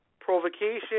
provocation